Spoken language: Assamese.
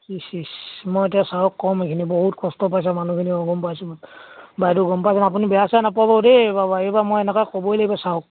ইছ ইছ মই এতিয়া ছাৰক ক'ম এইখিনি বহুত কষ্ট পাইছে মানুহজনীয়ে গম পাইছো মই বাইদেউ গম পাইছো আপুনি বেয়া চেয়া নাপাব দেই এইবাৰ মই এনেকৈ ক'ব লাগিব ছাৰক